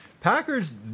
Packers